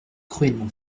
cruellement